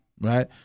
right